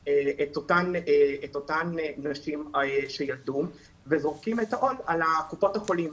את הנשים שילדו וזורקים את העול על קופות החולים.